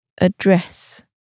address